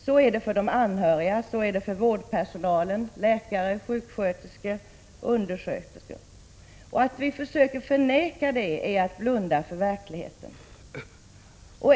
Så är det för de anhöriga, så är det för vårdpersonalen — läkare, sjuksköterskor, undersköterskor. Att försöka förneka det är att blunda för verkligheten.